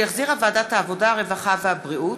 שהחזירה ועדת העבודה, הרווחה והבריאות,